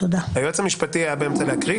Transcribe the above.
היועץ המשפטי היה באמצע הקראה,